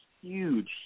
huge